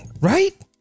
right